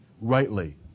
rightly